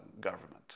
government